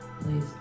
please